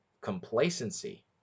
complacency